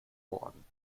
morgen